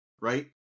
right